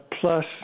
Plus